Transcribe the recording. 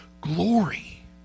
glory